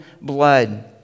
blood